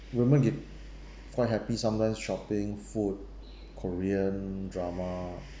women get quite happy sometimes shopping food korean drama